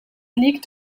liegt